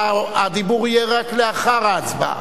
הדיבור יהיה רק לאחר ההצבעה.